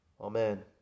Amen